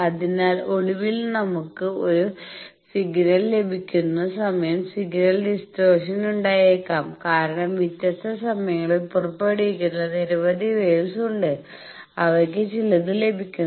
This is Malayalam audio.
അതിനാൽ ഒടുവിൽ നമുക്ക് ഒരു സിഗ്നൽ ലഭിക്കുന്ന സമയം സിഗ്നലിൽ ഡിസ്റ്റോർഷൻ ഉണ്ടായേക്കാം കാരണം വ്യത്യസ്ത സമയങ്ങളിൽ പുറപ്പെടുവിക്കുന്ന നിരവധി വേവ് ഉണ്ട് അവയ്ക്ക് ചിലത് ലഭിക്കുന്നു